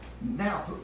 Now